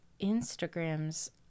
Instagram's